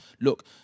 look